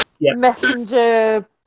messenger